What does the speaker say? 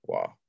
Wow